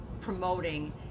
promoting